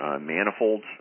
manifolds